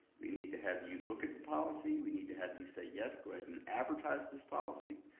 we need to have you look at the policy, we need to have you say, yes, go ahead and advertise this policy,